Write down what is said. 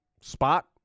spot